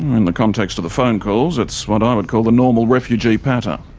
in the context of the phone calls, it's what i would call the normal refugee patter.